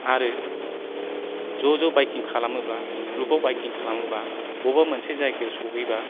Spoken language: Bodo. आरो ज' ज' बाइकिं खालामोबा ग्रुपाव बाइकिं खालामोबा बबेबा मोनसे जायगायाव सौहैबा